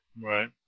Right